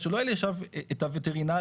אז שלא יהיה לי עכשיו את הווטרינרים,